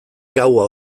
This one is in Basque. gaua